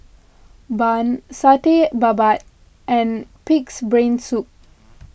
Bun Satay Babat and Pig's Brain Soup